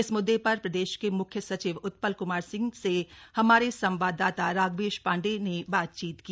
इस म्द्दे पर प्रदेश के म्ख्य सचिव उत्पल क्मार सिंह से हमारे संवाददाता राघवेश पांडेय ने बातचीत की